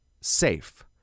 SAFE